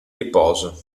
riposo